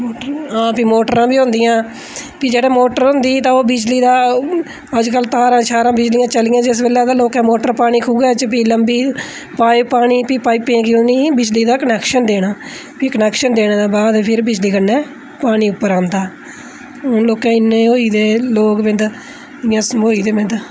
प्ही मोटरां बी होंदियां हां प्ही जेह्ड़ी मोटर होंदी ही ते ओह् बिजली दा अजकल तारां शारां बिजली दियां चलियां जिस बेल्लै ते लोकें मोटर पानी खूहै च प्ही पाइप पानी प्ही बिजली दा कनैक्शन देना प्ही कनैक्शन देने दे बाद फिर बिजली कन्नै पानी उप्पर औंदा हून लोकें इन्ने होई दे लोक बेंद इ'या समोई दे बेंद